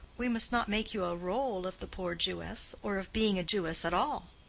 we must not make you a role of the poor jewess or of being a jewess at all.